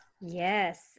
Yes